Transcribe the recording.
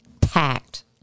packed